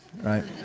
right